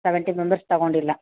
seventy members ತಗೊಂಡಿಲ್ಲ